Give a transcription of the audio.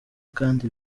kandi